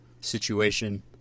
situation